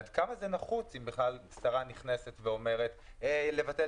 עד כמה זה נחוץ אם שרה נכנסת ואומרת לבטל